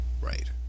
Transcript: Right